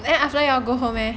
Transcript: then after you all go home leh